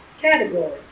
category